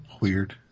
weird